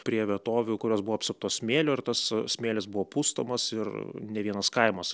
prie vietovių kurios buvo apsuptos smėlio ir tas smėlis buvo pustomas ir ne vienas kaimas